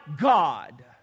God